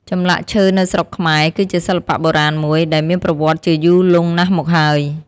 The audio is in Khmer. ចម្លាក់ឈើនៅស្រុកខ្មែរ គឺជាសិល្បៈបុរាណមួយ ដែលមានប្រវត្តិជាយូរលង់ណាស់មកហើយ។